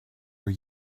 were